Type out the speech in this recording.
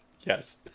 Yes